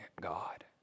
God